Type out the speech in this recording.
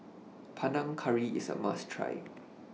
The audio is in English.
Panang Curry IS A must Try